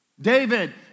David